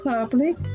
Public